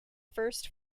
first